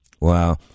Wow